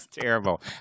terrible